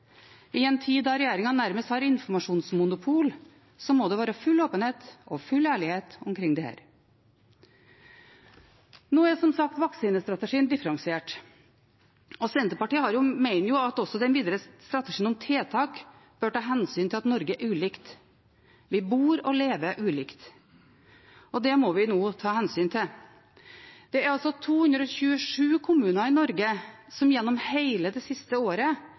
I en tid da regjeringen nærmest har informasjonsmonopol, må det være full åpenhet og full ærlighet om dette. Nå er som sagt vaksinestrategien differensiert, og Senterpartiet mener at den videre strategien om tiltak bør ta hensyn til at Norge er ulikt – vi bor og lever ulikt. Det må vi nå ta hensyn til. Det er altså 227 kommuner i Norge som gjennom hele det siste året